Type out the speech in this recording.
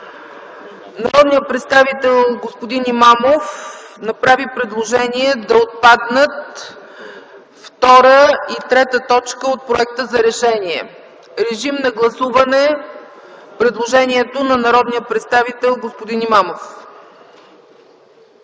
Народният представител господин Имамов направи предложение да отпаднат т. 2 и 3 от проекта за решение. Моля да гласуваме предложението на народния представител господин Имамов.